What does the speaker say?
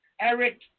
Eric